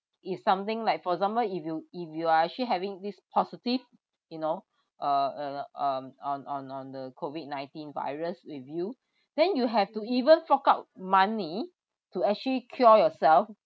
is something like for example if you if you are actually having this positive you know uh um on on on the COVID-nineteen virus with you then you have to even fork out money to actually cure yourself